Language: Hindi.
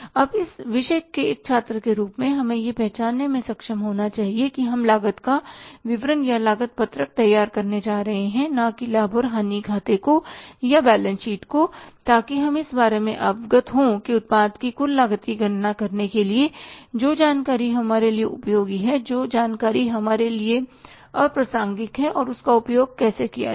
अब इस विषय के एक छात्र के रूप में हमें यह पहचानने में सक्षम होना चाहिए कि हम लागत का विवरण या लागत पत्रक तैयार करने जा रहे हैं न कि लाभ और हानि खाते को या बैलेंस शीटको ताकि हम इस बारे में अवगत हों कि उत्पाद की कुल लागत की गणना करने के लिए जो जानकारी हमारे लिए उपयोगी है जो जानकारी हमारे लिए अप्रासंगिक है और उसका उपयोग कैसे किया जाए